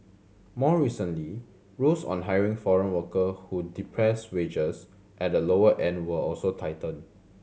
more recently rules on hiring foreign worker who depress wages at the lower end were also tightened